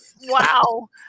wow